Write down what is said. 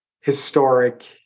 historic